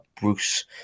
bruce